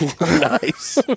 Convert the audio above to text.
Nice